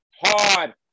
hard